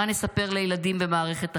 מה נספר לילדים במערכת החינוך,